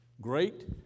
great